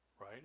Right